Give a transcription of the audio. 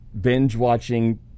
binge-watching